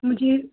जी